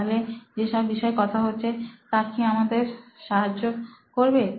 তাহলে যেসব বিষয়ে কথা হচ্ছে তা কি আমাদের সাহায্য করবে